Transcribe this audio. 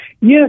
Yes